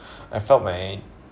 I felt my